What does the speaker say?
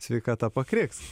sveikata pakriks